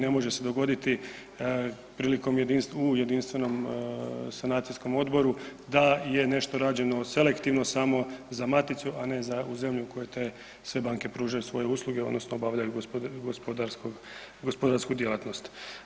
Ne može se dogoditi u jedinstvenom sanacijskom odboru da je nešto rađeno selektivno samo za maticu, a ne u zemlju koje te sve banke pružaju svoje usluge odnosno obavljaju gospodarsku djelatnost.